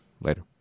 Later